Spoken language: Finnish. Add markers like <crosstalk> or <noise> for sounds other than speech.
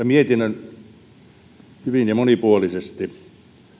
<unintelligible> mietinnön hyvin ja monipuolisesti